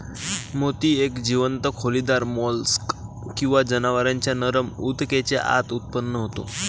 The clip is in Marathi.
मोती एक जीवंत खोलीदार मोल्स्क किंवा जनावरांच्या नरम ऊतकेच्या आत उत्पन्न होतो